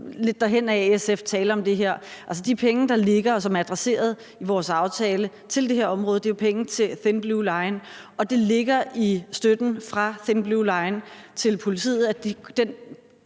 lidt derhenad SF – tale om det her. Altså, de penge, der ligger, og som er adresseret i vores aftale til det her område, er jo penge til Thin Blue Line, og det ligger i støtten fra Thin Blue Line til politiet, at der